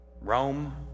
Rome